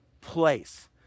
place